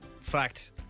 Fact